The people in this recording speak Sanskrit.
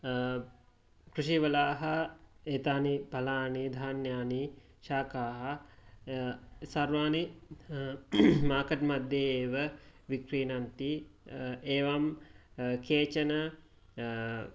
कृषिवलाः एतानि फलानि धान्यानि शाकाः सर्वाणि मार्केट् मध्ये एव विक्रीणयन्ति एवं केचन